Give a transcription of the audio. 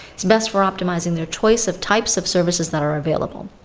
it's best for optimizing their choice of types of services that are available.